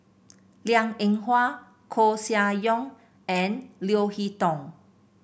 Liang Eng Hwa Koeh Sia Yong and Leo Hee Tong